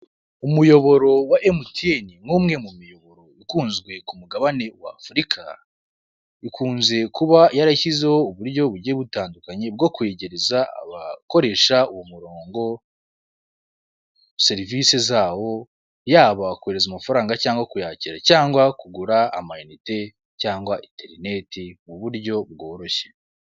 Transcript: Umuyoboro wa emutiyene nk'umwe mu miyoboro ikunzwe ku mugabane wa Afrika ukunze kuba yarashyizeho uburyo bugiye butandukanye bwo kwegereza abakoresha uwo murongo serivise zawo, yaba kohereza amafaranga cyangwa kuyakira cyangwa kugura amayinite cyangwa interinete mu buryo bworoshye.